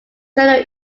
general